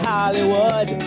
Hollywood